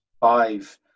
five